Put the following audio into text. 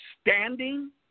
standing